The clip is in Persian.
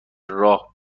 راه